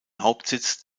hauptsitz